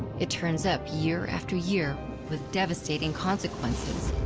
it turns up year after year with devastating consequences.